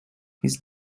his